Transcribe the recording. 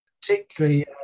Particularly